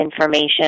information